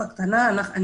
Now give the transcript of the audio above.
אני